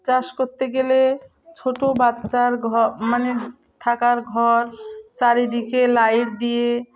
চাষ করতে গেলে ছোটো বাচ্চার ঘ মানে থাকার ঘর চারিদিকে লাইট দিয়ে